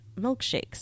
milkshakes